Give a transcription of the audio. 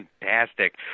Fantastic